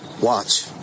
watch